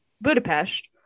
Budapest